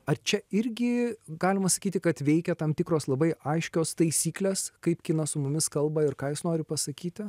ar čia irgi galima sakyti kad veikia tam tikros labai aiškios taisyklės kaip kinas su mumis kalba ir ką jis nori pasakyti